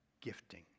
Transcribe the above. gifting